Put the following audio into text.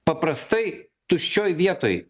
paprastai tuščioj vietoj